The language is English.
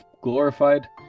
glorified